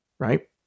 Right